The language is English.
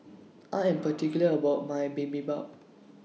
I Am particular about My Bibimbap